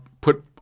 put